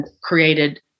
created –